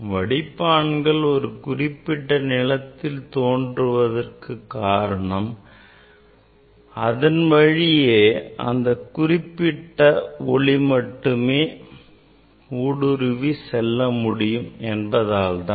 வடிப்பான்கள் ஒரு குறிப்பிட்ட நிறத்தில் தோன்றுவதற்கு காரணம் அதன் வழியே அந்த குறிப்பிட்ட ஒளி மட்டுமே ஊடுருவ முடியும் என்பதால்தான்